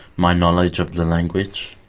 my knowledge of the language,